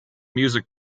music